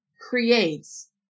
creates